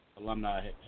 Alumni